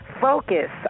Focus